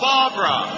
Barbara